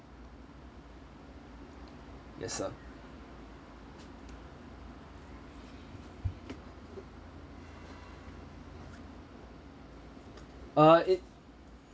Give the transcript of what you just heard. yes sir err it